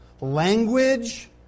language